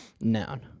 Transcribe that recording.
Noun